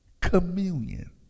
communion